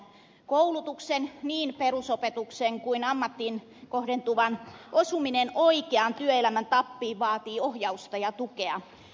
koulutuksen niin perusopetuksen kuin ammattiin kohdentuvan osuminen oikeaan työelämän tappiin vaatii ohjausta ja tukea